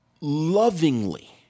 lovingly